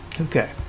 Okay